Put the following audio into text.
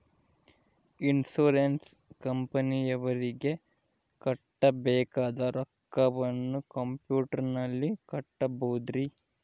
Insurance ಕಂಪನಿಯವರಿಗೆ ಕಟ್ಟಬೇಕಾದ ರೊಕ್ಕವನ್ನು ಕಂಪ್ಯೂಟರನಲ್ಲಿ ಕಟ್ಟಬಹುದ್ರಿ?